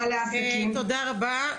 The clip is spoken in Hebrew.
בעלי העסקים --- תודה רבה,